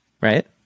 Right